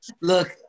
Look